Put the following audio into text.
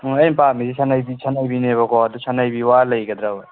ꯑꯩꯅ ꯄꯥꯝꯃꯤꯁꯦ ꯁꯅꯩꯕꯤꯅꯦꯕꯀꯣ ꯑꯗꯣ ꯁꯅꯩꯕꯤ ꯋꯥ ꯂꯩꯒꯗ꯭ꯔꯕ